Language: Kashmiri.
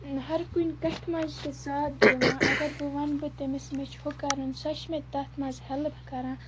ہَرٕ کُنہِ کَتھِ منٛز چھِ ساتھ دِوان اَگر بہٕ وَنہٕ بہٕ تیٚمِس مےٚ چھُ ہُہ کَرُن سۄ چھِ مےٚ تَتھ منٛز ہیٚلٕپ کَران